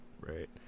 right